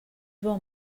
bon